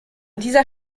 dieser